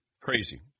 crazy